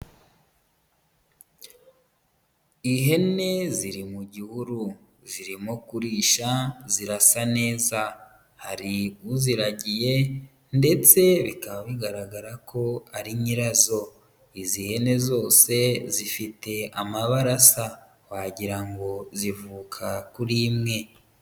Ihene ziri mu gihuru. Zirimo kurisha zirasa neza. Hari uziragiye ndetse bikaba bigaragara ko ari nyirazo. Izi hene zose zifite amabara asa wagira ngo zivuka kuri imwe.